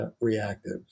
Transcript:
Reactive